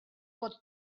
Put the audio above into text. pot